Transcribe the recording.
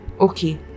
okay